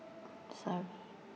sorry